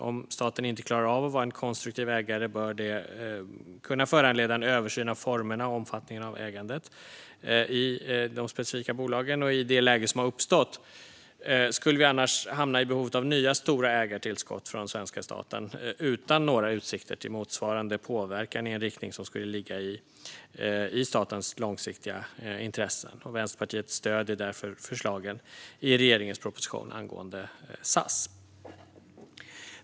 Om staten inte klarar av att vara en konstruktiv ägare bör detta kunna föranleda en översyn av formerna för och omfattningen av ägandet i de specifika bolagen. I det läge som har uppstått skulle vi annars hamna i behovet av nya stora ägartillskott från den svenska staten utan några utsikter till motsvarande påverkan i en riktning som skulle ligga i statens långsiktiga intressen. Vänsterpartiet stöder därför förslagen i regeringens proposition angående SAS.